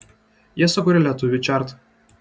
jie sukūrė lietuvių chartą